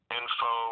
info